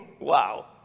wow